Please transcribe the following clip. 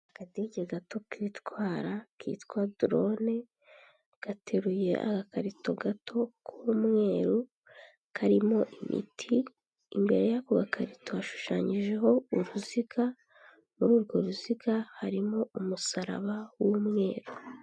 Akadege gato kitwara kitwa drone gateruye agakarito gato k'umweru karimo imiti, imbere y'ako gakarito hashushanyijeho uruziga muri urwo ruziga harimo umusaraba w'umweru.